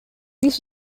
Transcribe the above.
this